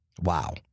Wow